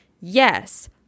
Yes